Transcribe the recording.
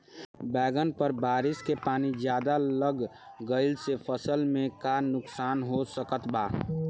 बैंगन पर बारिश के पानी ज्यादा लग गईला से फसल में का नुकसान हो सकत बा?